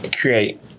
create